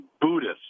Buddhist